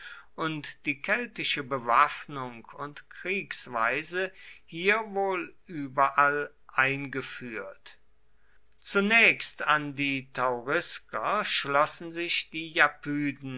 und die keltische bewaffnung und kriegsweise hier wohl überall eingeführt zunächst an die taurisker schlossen sich die japyden